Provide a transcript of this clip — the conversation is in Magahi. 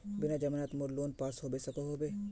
बिना जमानत मोर लोन पास होबे सकोहो होबे?